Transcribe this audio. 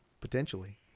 Potentially